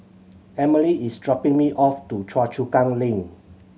Amelie is dropping me off to Choa Chu Kang Link